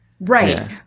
right